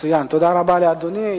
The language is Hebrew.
מצוין, תודה רבה לאדוני.